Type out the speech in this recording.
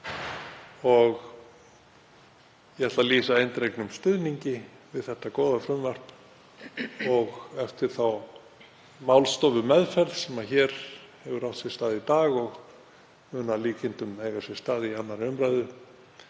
Ég ætla að lýsa eindregnum stuðningi við þetta góða frumvarp og eftir þá málstofumeðferð sem hér hefur átt sér stað í dag og mun að líkindum eiga sér stað í 2. umr.